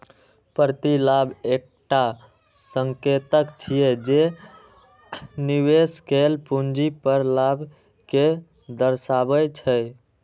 प्रतिलाभ एकटा संकेतक छियै, जे निवेश कैल पूंजी पर लाभ कें दर्शाबै छै